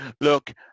Look